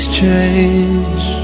change